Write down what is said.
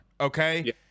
okay